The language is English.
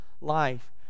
life